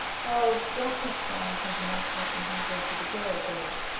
oh, don't fancy i am sentimental and hanker after the good old days.